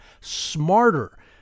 smarter